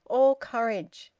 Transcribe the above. all courage.